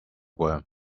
worm